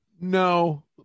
No